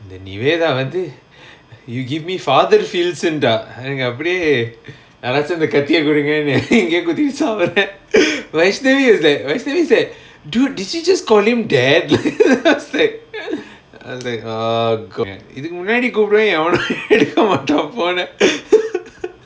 இந்த:intha nivetha வந்து:vanthu you give me father feels ன்டா எனக்கு அப்புடியே யாராச்சும் அந்த கத்திய குடுங்கன்னு இங்கயே குத்திட்டு சாவ:ndaa enakku appudiyae yarachum antha kathiya kudunganu ingayae kuthitu saava ashton is like ashton is like dude did you just call him dad then I was like I was like uh god இதுக்கு முன்னாடி கூப்புடுவ எவனாச்சும் எடுக்க மாட்டேன்:ithukku munnaadi koopuduva evanachum edukka mattaen phone ah